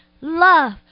love